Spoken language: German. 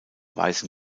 weißen